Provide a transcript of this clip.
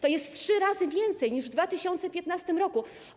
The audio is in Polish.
To jest trzy razy więcej niż w 2015 r.